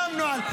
גם נוהל.